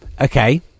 okay